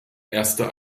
erste